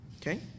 Okay